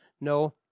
No